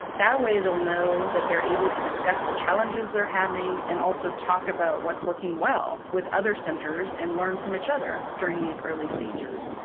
that way, they'll know that they're able to discuss the challenges they're having and also talk about what's working well with other centers and learn from each other during these early stages.